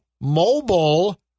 mobile